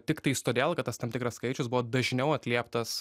tiktais todėl kad tas tam tikras skaičius buvo dažniau atlieptas